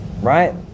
Right